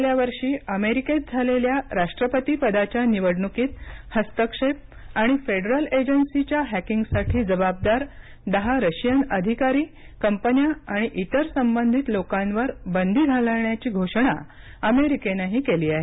गेल्या वर्षी अमेरिकेत झालेल्या राष्ट्रपती पदाच्या निवडणुकीत हस्तक्षेप आणि फेडरल एजन्सीजच्या हॅकिंगसाठी जबाबदार दहा रशियन अधिकारी कंपन्या आणि इतर संबधित लोकांवर बंदी घालण्याची घोषणा अमेरिकेने केली आहे